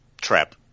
trap